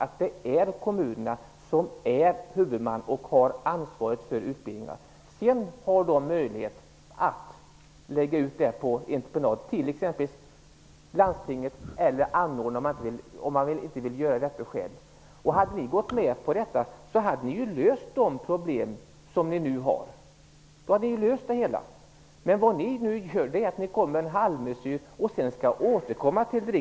Det är kommunerna som är huvudman och som har ansvaret för utbildningarna. Sedan har de möjlighet att lägga ut det på entreprenad till exempelvis landstinget eller till andra om de inte vill göra det själv. Hade ni gått med på detta hade ni ju löst de problem ni nu har. Då hade ni löst det hela. Vad ni nu gör är att ni kommer med en halvmesyr.